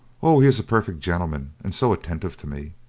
oh, he is a perfect gentleman, and so attentive to me.